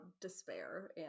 despair